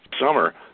summer